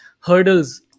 hurdles